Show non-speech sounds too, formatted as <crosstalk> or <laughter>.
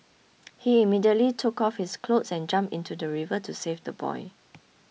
<noise> he immediately took off his clothes and jumped into the river to save the boy